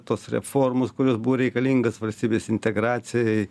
tos reformos kurios buvo reikalingos valstybės integracijai